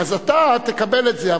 אז אתה תקבל את זה.